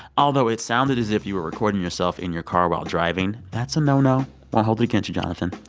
although, it sounded as if you were recording yourself in your car while driving that's a no-no won't hold it against you, jonathan.